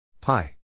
pi